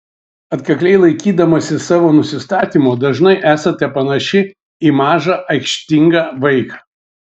atkakliai laikydamasi savo nusistatymo dažnai esate panaši į mažą aikštingą vaiką